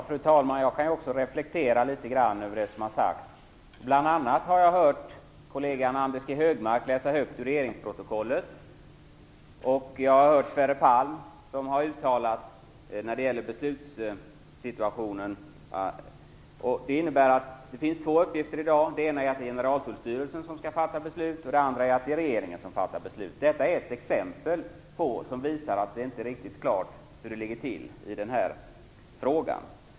Fru talman! Jag kan också reflektera över det som har sagts. Bl.a. har jag hört kollegan Anders G Högmark läsa högt ur regeringsprotokollet, och jag har hört Sverre Palm uttala sig om beslutssituationen. Det finns två uppgifter i dag. Den ena är att det är Generaltullstyrelsen som skall fatta beslut och den andra är att det är regeringen som skall göra det. Detta är ett exempel som visar att det inte är riktigt klart hur det ligger till i den här frågan.